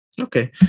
Okay